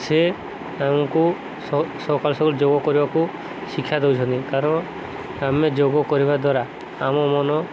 ସେ ଆମକୁ ସକାଳୁ ସକାଳୁ ଯୋଗ କରିବାକୁ ଶିକ୍ଷା ଦେଉଛନ୍ତି କାରଣ ଆମେ ଯୋଗ କରିବା ଦ୍ୱାରା ଆମ ମନ